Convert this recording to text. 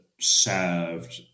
served